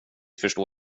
förstår